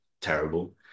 terrible